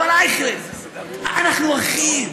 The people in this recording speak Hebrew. אבל אייכלר, אנחנו אחים.